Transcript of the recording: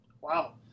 Wow